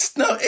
no